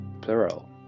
plural